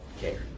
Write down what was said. care